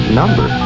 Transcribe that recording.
number